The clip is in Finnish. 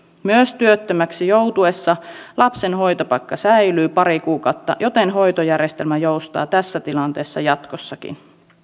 myös työttömäksi jouduttaessa lapsen hoitopaikka säilyy pari kuukautta joten hoitojärjestelmä joustaa tässä tilanteessa jatkossakin hallitus